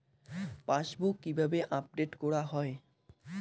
Passbook কিভাবে update করা হয়?